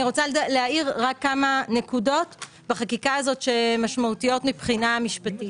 אני רוצה להאיר כמה נקודות בחקיקה הזאת שהן משמעותיות מבחינה משפטית.